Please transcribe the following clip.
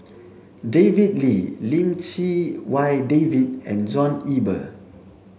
David Lee Lim Chee Wai David and John Eber